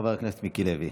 חבר הכנסת מיקי לוי.